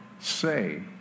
say